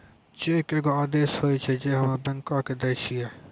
cheque एगो आदेश होय छै जे हम्मे बैंको के दै छिये